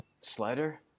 Slider